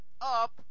up